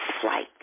flight